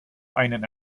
einen